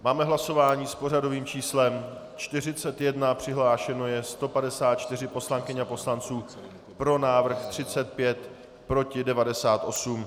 Máme hlasování s pořadovým číslem 41, přihlášeno je 154 poslankyň a poslanců, pro návrh 35, proti 98.